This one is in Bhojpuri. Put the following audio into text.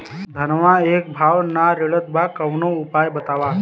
धनवा एक भाव ना रेड़त बा कवनो उपाय बतावा?